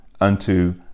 unto